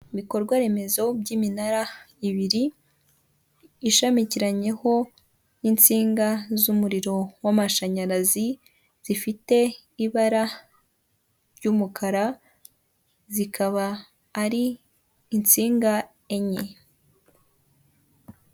Ibikorwaremezo by'iminara ibiri ishamikiranyeho n'insinga z'umuriro w' amashanyarazi zifite ibara ry'umukara zikaba ari insinga enye.